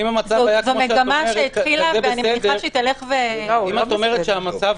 זו מגמה שהתחילה ואני מקווה שה --- אם את אומרת שהמצב